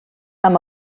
amb